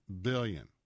billion